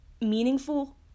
meaningful